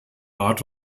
art